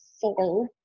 four